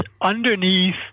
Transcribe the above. underneath